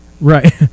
Right